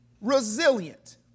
resilient